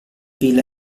bill